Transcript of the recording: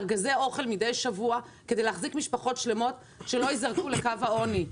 ארגזי אוכל מדי שבוע כדי להחזיר משפחות שלמות שלא יזרקו לקו העוני.